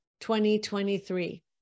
2023